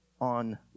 on